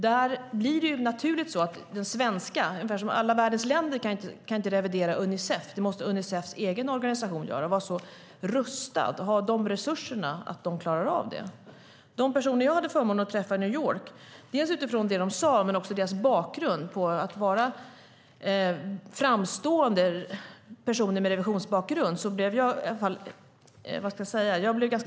Det är naturligt att alla världens länder inte kan revidera Unicef; det måste Unicefs egen organisation göra och vara rustad och ha resurser för att klara av det. Jag blev imponerad av de personer jag hade förmånen att träffa i New York och deras sätt att arbeta, både utifrån vad de sade och utifrån deras bakgrunder som framstående personer med revisionsbakgrund.